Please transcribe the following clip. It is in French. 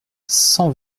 cent